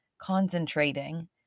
concentrating